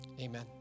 Amen